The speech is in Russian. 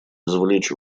извлечь